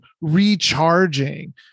recharging